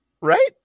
right